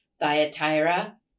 Thyatira